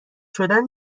شدن